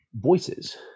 voices